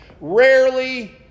rarely